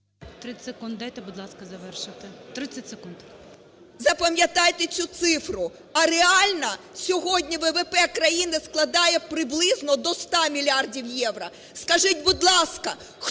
30 секунд дайте, будь ласка, завершити, 30 секунд. ТИМОШЕНКО Ю.В. Запам'ятайте цю цифру! А реально сьогодні ВВП країни складає приблизно до 100 мільярдів євро. Скажіть, будь ласка, хто